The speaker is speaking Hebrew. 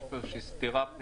יש סתירה פנימית בדבריו.